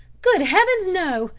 good heavens, no!